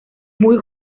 muy